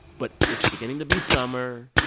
but it's beginning to be summer.